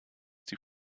die